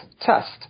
test